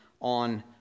on